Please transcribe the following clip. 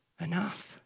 enough